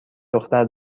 دختر